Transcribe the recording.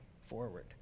forward